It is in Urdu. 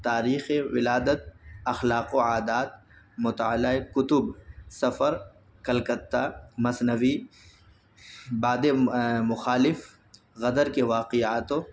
تاریخ ولادت اخلاق و عادات مطالعۂ کتب سفر کلکتہ مثنوی باد مخالف غدر کے واقعات و